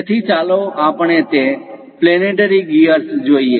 તેથી ચાલો આપણે તે પ્લેનેટરી ગીઅર્સ જોઈએ